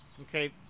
Okay